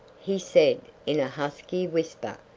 he said in a husky whisper,